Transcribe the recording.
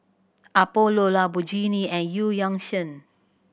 Apollo Lamborghini and Eu Yan Sang